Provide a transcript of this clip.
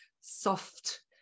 soft